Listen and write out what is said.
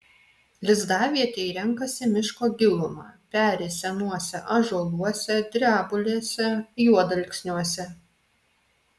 lizdavietei renkasi miško gilumą peri senuose ąžuoluose drebulėse juodalksniuose